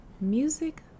Music